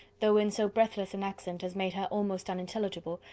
though in so breathless an accent as made her almost unintelligible,